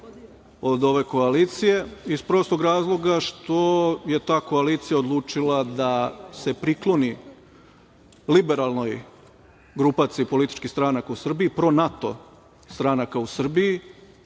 od ove koalicije, iz prostog razloga što je ta koalicija odlučila da se prikloni liberalnoj grupaciji političkih stranaka u Srbiji, pro-NATO stranaka u Srbiji,